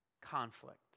conflict